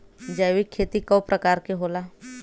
जैविक खेती कव प्रकार के होला?